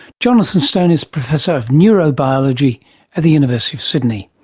jonathan stone is professor of neurobiology at the university of sydney.